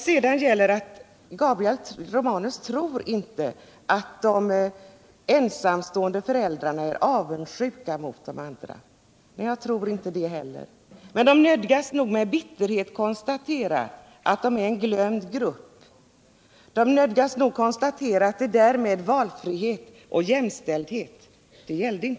Gabriel Romanus tror inte att de ensamstående föräldrarna känner avundsjuka mot de andra föräldrarna. Jag tror inte heller det. Men de nödgas nog med bitterhet konstatera att de är en glömd grupp. De nödgas nog konstatera att det där med valfrihet och jämställdhet inte gäller dem.